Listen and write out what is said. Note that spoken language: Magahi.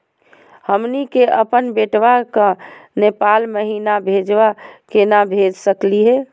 हमनी के अपन बेटवा क नेपाल महिना पैसवा केना भेज सकली हे?